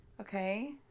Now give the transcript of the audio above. Okay